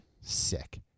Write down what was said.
Sick